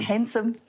Handsome